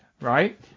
Right